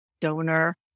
donor